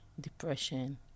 depression